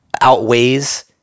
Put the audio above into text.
outweighs